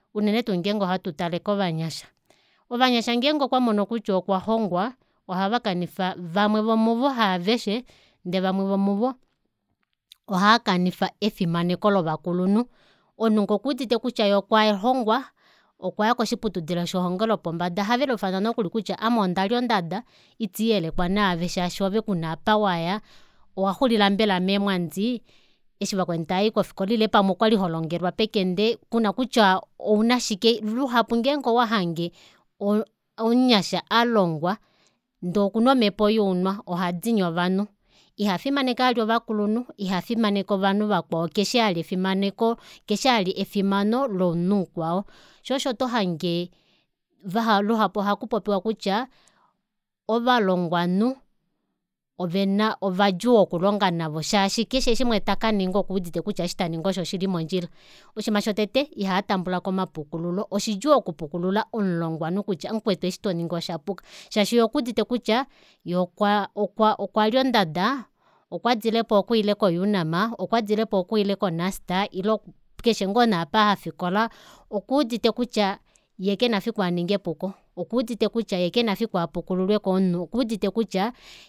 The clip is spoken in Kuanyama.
Unene tuu ngenge ohatu tale kovanyasha ovanyasha ngenge okwamono kutya okwahongwa ohavakanifa vamwe vomuvo haaveshe ndee vamwe vomuvo ohavakanifa efimaneko lovakulunhu omunhu ngee okuudite kutya yee okwalongwa okwaya koshiputudilo shelongo lopombada ohaveluufana nokuli kutya ame ondalya ondada itiiyelekwa naave shaashi ove kuna apa waya owaxulila mbela meemwandi eshi vakweni taayi kofikola ile pamwe okwali holongelwa pekende kuna kutya ouna shike luhapu ngeenge owahange omunyasha alongwa ndee okuna omepo younwa ohadini ovanhu ihafimaneke vali ovakulunhu ihafimaneke ovanhu vakwao keshi vali efimaneko keshi vali efimano lomunhu mukwao shoo osho tohange vahapu luhapu ohakupopiwa kutya ovalongwanhu ovadjuu okulonga navo shaashi keshe shimwe eshi takaninga okuudite kutya osho taningi osho shili mondjila oshiima shotete ihaatambulako omapukululo oshidjuu okupukulula omulongwanhu kutya mukwetu eshi toningi oshapuka shaashi yee okuudite kutya yee okwa okwalya ondada okwadilepo okwaile ko unam okwadilepo okwaile ko nust ile keshe ngoo nee apa afikola okuudite kutya yeekena efiku aninge epuko okuudite kutya kenafiku apukululwe komunhu okuudite kutya